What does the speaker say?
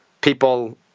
people